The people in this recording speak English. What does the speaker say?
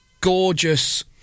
gorgeous